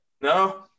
No